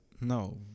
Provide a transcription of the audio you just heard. No